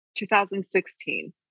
2016